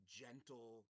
gentle